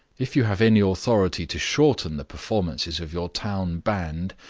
if you have any authority to shorten the performances of your town band,